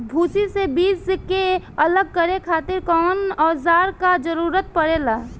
भूसी से बीज के अलग करे खातिर कउना औजार क जरूरत पड़ेला?